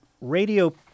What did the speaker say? radio